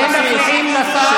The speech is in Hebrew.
אתם מפריעים לשר.